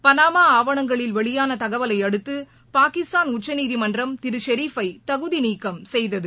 பனாமாஆவணங்களில் வெளியானதகவலையடுத்து பாகிஸ்தான் உச்சநீதிமனற்ம் திருஷெரீப்பைதகுதிநீக்கம் செய்தது